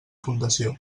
fundació